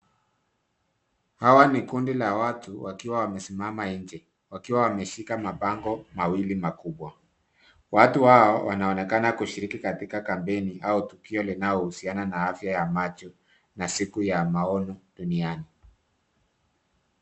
Hawa ni kundi la watu wakiwa wamesimama nje wakiwa wameshika mabango mawili makubwa. Watu hawa wanaonekana kushiriki katika kampeni au tukio linalohusiana na afya ya macho na siku ya maono duniani.